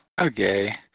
Okay